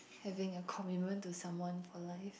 having a commitment to someone for life